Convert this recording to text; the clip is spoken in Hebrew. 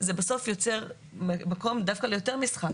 שבסוף זה יוצר מקום ליותר משחק.